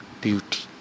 beauty